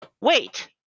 wait